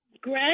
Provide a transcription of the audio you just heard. Greg